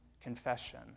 confession